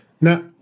Now